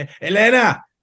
Elena